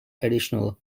additional